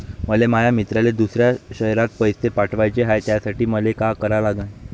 मले माया मित्राले दुसऱ्या शयरात पैसे पाठवाचे हाय, त्यासाठी मले का करा लागन?